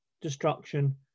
destruction